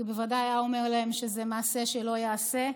כי בוודאי היה אומר להם שזה מעשה שלא ייעשה.